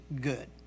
good